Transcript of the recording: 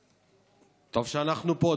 טוב שאנחנו פה,